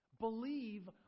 Believe